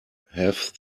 have